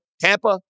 Tampa